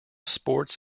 sports